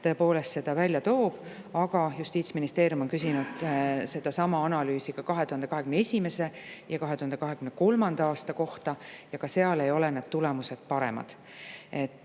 tõepoolest seda välja toob. Justiitsministeerium on küsinud sedasama analüüsi ka 2021. ja 2023. aasta kohta ja ka seal ei ole tulemused paremad.